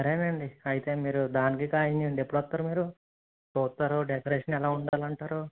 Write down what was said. సరే అండి అయితే మీరు దానికి కాయం చేయండి ఎప్పుడు వస్తారు మీరు చూస్తారు డెకరేషన్ ఎలా ఉండాలంటారు